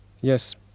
Yes